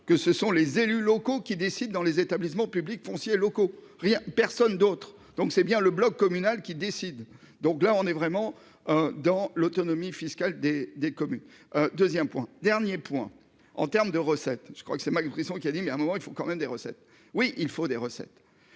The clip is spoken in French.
que ce sont les élus locaux qui décident dans les établissements publics fonciers locaux rien, personne d'autre, donc c'est bien. Le bloc communal qui décide. Donc là on est vraiment dans l'autonomie fiscale des des communes. 2ème point dernier point en terme de recettes. Je crois que c'est moi qui a dit, mais à un moment il faut quand même des recettes. Oui, il faut des recettes.